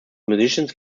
musicians